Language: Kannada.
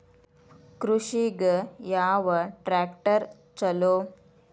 ಕೃಷಿಗ ಯಾವ ಟ್ರ್ಯಾಕ್ಟರ್ ಛಲೋ?